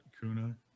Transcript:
Kuna